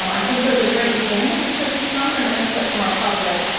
um i think those are great beginnings because they've come from input from our public.